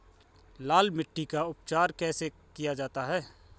लाल मिट्टी का उपचार कैसे किया जाता है?